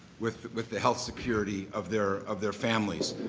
with with the health security of their of their families.